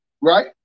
right